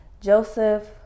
Joseph